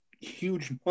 huge